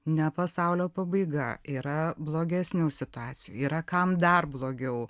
ne pasaulio pabaiga yra blogesnių situacijų yra kam dar blogiau